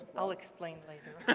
i'll explain later.